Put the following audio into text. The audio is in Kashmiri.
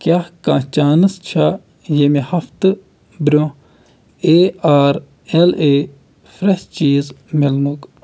کیٛاہ کانٛہہ چانٕس چھےٚ ییٚمہِ ہفتہٕ برٛونٛہہ A R L A fresh چیٖز مِلنُک